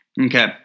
Okay